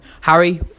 Harry